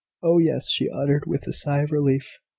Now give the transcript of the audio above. oh, yes! she uttered, with a sigh of relief.